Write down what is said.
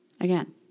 Again